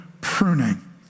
pruning